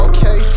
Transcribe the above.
Okay